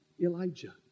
Elijah